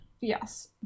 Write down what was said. yes